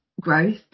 growth